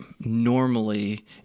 normally